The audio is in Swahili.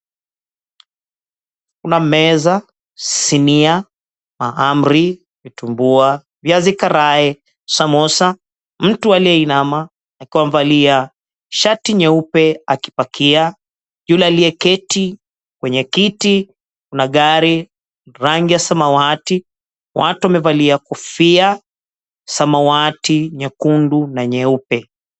Kuna meza, sinia, mahamri, vitumbua, viazi karai samosa , mtu aliyeinama akiwa amevalia shati nyeupe akipakia yule aliyeketi kwenye kiti. Kuna gari rangi ya samawati. Watu wamevalia kofia samawati nyekundu na nyeupe.